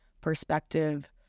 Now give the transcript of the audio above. perspective